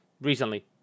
recently